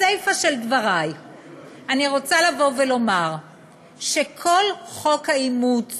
בסיפה של דברי אני רוצה לבוא ולומר שכל חוק האימוץ